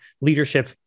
leadership